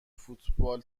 فوتبال